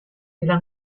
della